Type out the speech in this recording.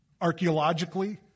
Archaeologically